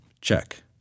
Check